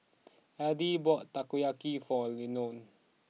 Addie bought Takoyaki for Leonel